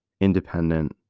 independent